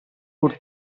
pur